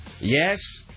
Yes